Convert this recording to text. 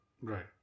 Right